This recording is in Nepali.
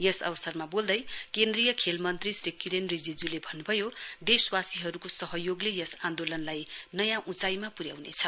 यस अवसरमा वोल्दै केन्द्रीय खेल मन्त्री श्री किरेन रिजिजूले भन्नुभयो देशवासीहरुको सहयोगले यस आन्दोलनलाई नयाँ उचाईमा पुर्याउनेछ